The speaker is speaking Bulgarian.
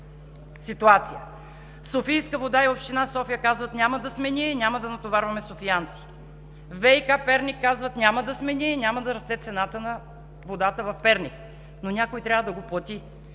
ситуация. „Софийска вода“ и Община София казват: „Няма да сме ние, няма да натоварваме софиянци.“ „ВиК – Перник“ казва: „Няма да сме ние, няма да расте цената на водата в Перник.“ Но някой трябва да я плати